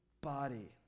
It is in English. body